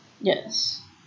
Yes